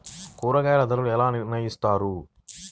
కూరగాయల ధరలు ఎలా నిర్ణయిస్తారు?